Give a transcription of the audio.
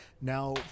Now